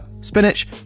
spinach